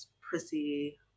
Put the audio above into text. prissy